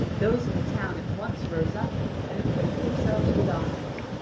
those in the town at once rose up and equipped themselves with arms.